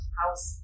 house